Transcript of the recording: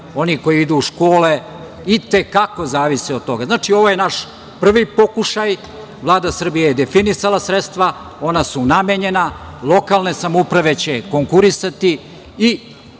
oni koji idu u škole i te kako zavise od toga. Znači, ovo je naš prvi pokušaj. Vlada Srbije je definisala sredstva. Ona su namenjena. Lokalne samouprave će konkurisati i